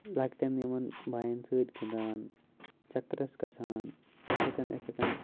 لَکٹٮ۪ن یِمَن بایَن سۭتۍ گِنٛدان چَکرَس گژھان اِتھَے کٔن اِتھَے کٔن